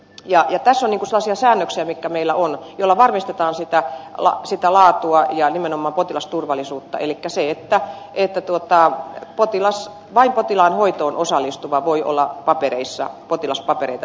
tässä on sellaisia säännöksiä joita meillä on ja joilla varmistetaan sitä laatua ja nimenomaan potilasturvallisuutta elikkä vain potilaan hoitoon osallistuva voi selailla ja nähdä potilaspapereita